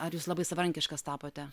ar jūs labai savarankiškas tapote